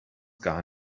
gar